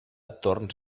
torns